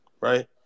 Right